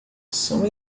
são